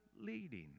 leading